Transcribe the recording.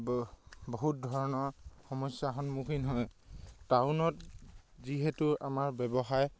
বহুত ধৰণৰ সমস্যাৰ সন্মুখীন হয় টাউনত যিহেতু আমাৰ ব্যৱসায়